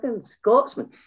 Scotsman